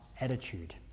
attitude